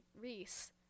Reese